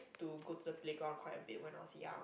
to go to the playground quite a bit when I was young